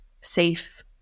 safe